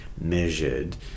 measured